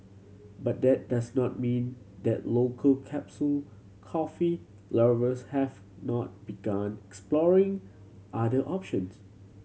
but that does not mean that local capsule coffee lovers has not begun exploring other options